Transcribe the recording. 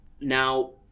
Now